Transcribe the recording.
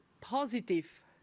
positive